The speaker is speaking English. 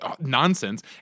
nonsense